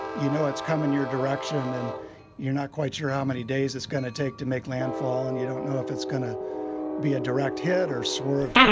you know, it's come in your direction and you're not quite sure how many days it's going to take to make landfall. and you don't know if it's going to be a direct hit or swerve,